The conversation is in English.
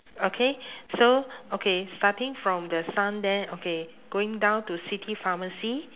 okay so okay starting from the sun there okay going down to city pharmacy